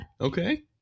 Okay